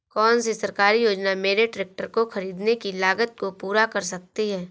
कौन सी सरकारी योजना मेरे ट्रैक्टर को ख़रीदने की लागत को पूरा कर सकती है?